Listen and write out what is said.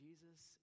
Jesus